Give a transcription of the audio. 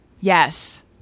Yes